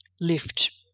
lift